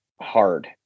hard